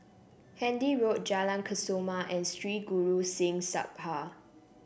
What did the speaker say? Handy Road Jalan Kesoma and Sri Guru Singh Sabha